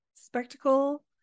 spectacle